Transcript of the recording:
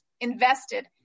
invested